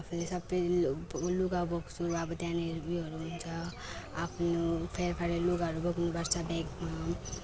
आफूले सबै लुगा बोक्छु अब त्यहाँनिर ऊ योहरू हुन्छ आफ्नो फेरफारे लुगाहरू बोक्नु पर्छ ब्यागमा बोक्छु सबै कुरा